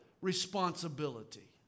responsibility